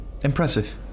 Impressive